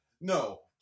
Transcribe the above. No